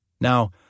Now